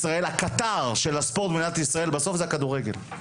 הקטר של הספורט במדינת ישראל בסוף זה הכדורגל.